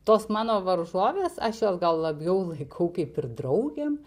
tos mano varžovės aš jos gal labiau laikau kaip ir draugėm